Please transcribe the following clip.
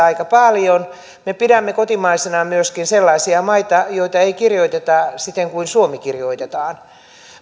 aika paljon me pidämme kotimaisina myöskin sellaisia maita joita ei kirjoiteta siten kuin suomi kirjoitetaan